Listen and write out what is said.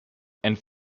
and